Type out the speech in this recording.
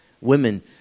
Women